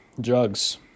Drugs